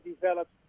developed